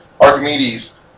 Archimedes